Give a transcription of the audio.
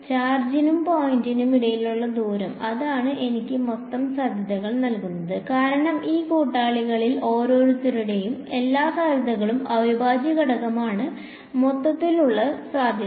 ചാർജിനും പോയിന്റിനും ഇടയിലുള്ള ദൂരം അതാണ് എനിക്ക് മൊത്തം സാധ്യതകൾ നൽകുന്നത് കാരണം ഈ കൂട്ടാളികളിൽ ഓരോരുത്തരുടെയും എല്ലാ സാധ്യതകളുടെയും അവിഭാജ്യഘടകമാണ് മൊത്തത്തിലുള്ള സാധ്യത